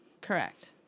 Correct